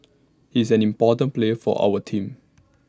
he's an important player for our team